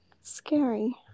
Scary